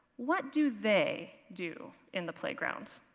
what do they do in the playground?